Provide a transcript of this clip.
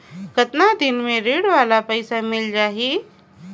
कतना दिन मे ऋण वाला पइसा मिल जाहि?